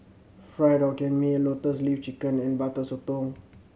Fried Hokkien Mee Lotus Leaf Chicken and Butter Sotong